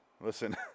Listen